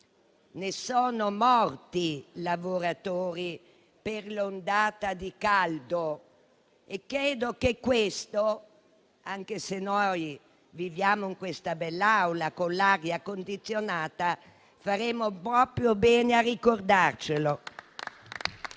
Ne sono morti di lavoratori per l'ondata di caldo e credo che questo, anche se noi viviamo in questa bell'Aula, con l'aria condizionata, faremmo proprio bene a ricordarcelo.